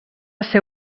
ser